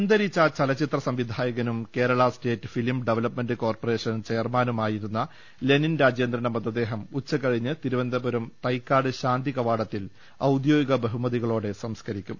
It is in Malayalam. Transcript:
അന്തരിച്ച ചലച്ചിത്ര സംവിധായകനും Kerala state film development corporation ചെയർമാനുമായ ലെനിൻ രാജേന്ദ്രന്റെ മൃത ദേഹം ഉച്ച് കഴിഞ്ഞ് തിരുവനന്തപുരം തൈക്കാട് ശാന്തി കവാടത്തിൽ ഔദ്യോഗിക ബഹുമതികളോടെ സംസ്കരിക്കും